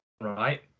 right